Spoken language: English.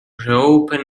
reopen